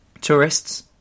tourists